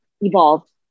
evolved